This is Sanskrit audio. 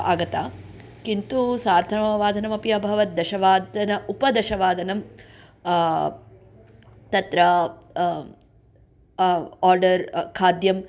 आगता किन्तु सार्धनववादनमपि अभवत् दशवादनम् उपदशवादनं तत्र ओर्डर् खाद्यं